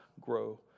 grow